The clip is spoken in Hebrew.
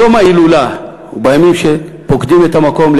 ביום ההילולה ובימים שפוקדים את המקום,